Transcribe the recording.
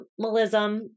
minimalism